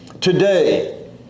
today